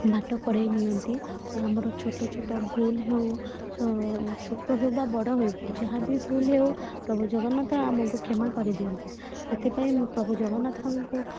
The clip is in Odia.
ବାଟ କଢ଼ାଇ ନିଅନ୍ତି ଓ ଆମର ଛୋଟ ଛୋଟ ଭୁଲ ହେଉ ଛୋଟ ହେଉ ବା ବଡ଼ ହେଉ ଯାହାବି ଭୁଲ ହଉ ପ୍ରଭୁ ଜଗନ୍ନାଥ ଆମକୁ କ୍ଷମା କରିଦିଅନ୍ତି ସେଥିପାଇଁ ମୁଁ ପ୍ରଭୁ ଜଗନ୍ନାଥ ଙ୍କୁ